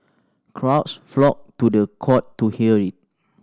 crowds flocked to the court to hear it